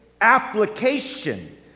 application